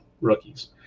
rookies